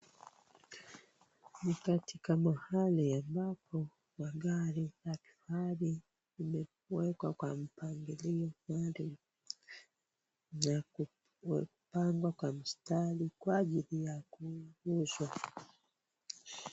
Ni katika mahali ambapo magari ya kifahari huwekwa kwa mpangilio maalum, ya kupangwa kwa mstari kwa ajili ya kuuzwa.